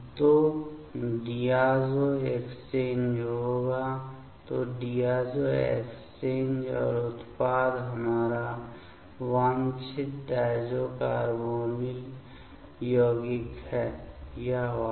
तो diazo exchange होगा तो डियाज़ो एक्सचेंज और उत्पाद हमारा वांछित डायज़ो कार्बोनिल यौगिक है यह वाला